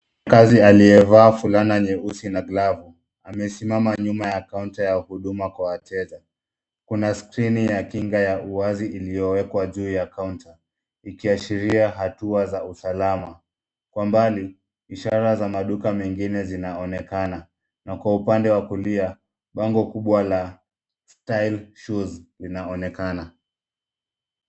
Mfanyakazi aliyevaa fulana nyeusi na glavu. Amesimama nyuma ya kaunta ya huduma kwa wateja. Kuna skrini ya kinga ya uwazi iliowekwa juu ya kaunta, ikiashiria hatua za usalama. Kwa mbali, ishara za maduka mengine zinaonekana, na kwa upande wa kulia, bango kubwa la style shoes linaonekana.